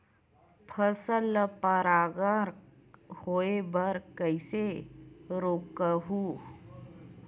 फसल ल परागण होय बर कइसे रोकहु?